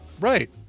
right